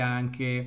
anche